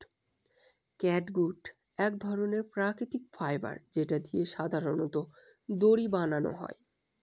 catgut এক ধরনের প্রাকৃতিক ফাইবার যেটা দিয়ে সাধারনত দড়ি বানানো হয়